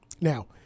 Now